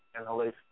inhalation